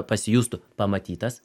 pasijustų pamatytas